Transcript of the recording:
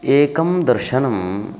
एकं दर्शनम्